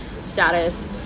status